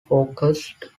focused